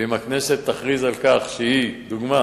ואם הכנסת תכריז על כך שהיא דוגמה